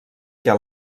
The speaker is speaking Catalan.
què